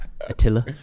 attila